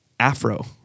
afro